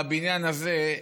בבניין הזה,